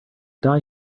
die